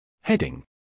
Heading